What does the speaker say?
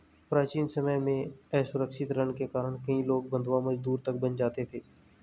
प्राचीन समय में असुरक्षित ऋण के कारण कई लोग बंधवा मजदूर तक बन जाते थे